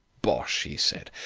bosh, he said.